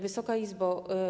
Wysoka Izbo!